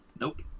nope